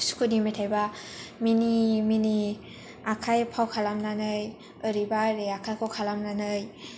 सुखुनि मेथाइबा मिनि मिनि आखाय फाव खालाम नानै ओरैबा ओरै आखायखौ खालामनानै